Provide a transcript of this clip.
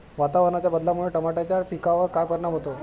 वातावरणाच्या बदलामुळे टमाट्याच्या पिकावर काय परिणाम होतो?